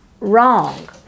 wrong